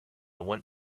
want